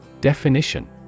Definition